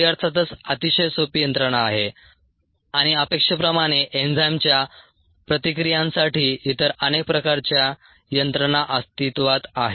ती अर्थातच अतिशय सोपी यंत्रणा आहे आणि अपेक्षेप्रमाणे एन्झाइमच्या प्रतिक्रियांसाठी इतर अनेक प्रकारच्या यंत्रणा अस्तित्वात आहेत